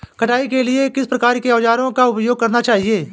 कटाई के लिए किस प्रकार के औज़ारों का उपयोग करना चाहिए?